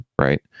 right